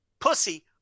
pussy